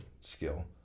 skill